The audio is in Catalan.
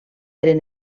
eren